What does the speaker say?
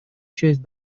часть